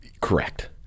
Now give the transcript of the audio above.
Correct